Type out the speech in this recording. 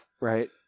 Right